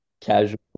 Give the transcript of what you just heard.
Casual